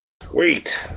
Sweet